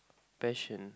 passion